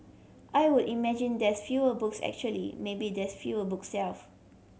I would imagine there's fewer books actually maybe there's fewer book shelves